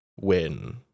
win